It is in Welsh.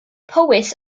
powys